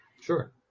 Sure